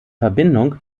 verbindung